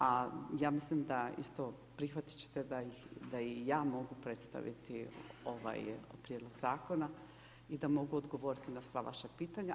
A ja mislim da isto prihvatiti ćete da i ja mogu predstaviti ovaj prijedlog zakona i da mogu odgovoriti na sva vaša pitanja.